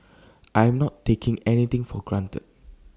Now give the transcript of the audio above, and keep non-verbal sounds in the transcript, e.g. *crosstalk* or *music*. *noise* I am not taking anything for granted